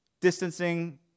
distancing